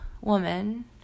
woman